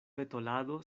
petolado